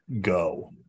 go